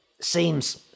seems